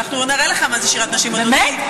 אנחנו עוד נראה לך מה זה שירת נשים, באמת?